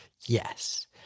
yes